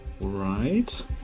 Right